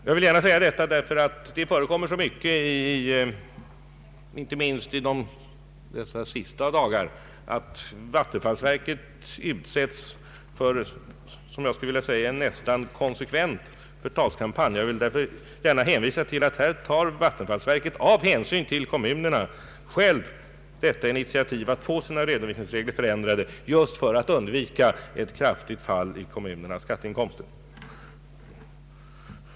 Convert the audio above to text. Jag vill gärna säga detta därför att det inte minst under dessa sista dagar i så stor utsträckning förekommer att vattenfallsverket utsätts för en — som jag skulle vilja kalla det — nästan konsekvent förtalskampanj. Här tar Vattenfall själv av hänsyn till kommunerna detta initiativ att få sina redovisningsregler förändrade, just för att undvika ett kraftigt fall i kommunernas skatteinkomster.